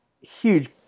huge